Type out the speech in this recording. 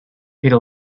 peter